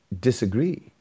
disagree